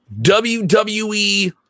WWE